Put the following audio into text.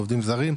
או עובדים זרים,